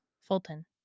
fulton